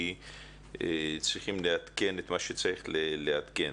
כי צריכים לעדכן את מה שצריך לעדכן.